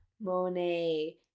Monet